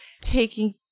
taking